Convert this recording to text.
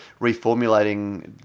reformulating